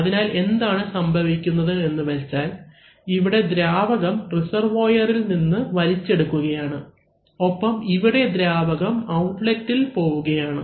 അതിനാൽ എന്താണ് സംഭവിക്കുന്നത് എന്ന് വെച്ചാൽ ഇവിടെ ദ്രാവകം റിസർവോയറിൽ നിന്ന് വലിച്ചെടുക്കുകയാണ് ഒപ്പം ഇവിടെ ദ്രാവകം ഔട്ട്ലെറ്റിൽ പോവുകയാണ്